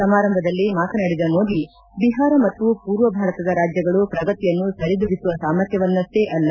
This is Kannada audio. ಸಮಾರಂಭದಲ್ಲಿ ಮಾತನಾಡಿದ ಮೋದಿ ಬಿಹಾರ ಮತ್ತು ಪೂರ್ವ ಭಾರತದ ರಾಜ್ಯಗಳು ಶ್ರಗತಿಯನ್ನು ಸರಿದೂಗಿಸುವ ಸಾಮರ್ಥ್ಯವನ್ನಷ್ಟೇ ಅಲ್ಲ